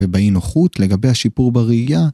ובאי נוחות, לגבי השיפור בראייה.